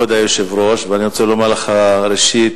וראשית,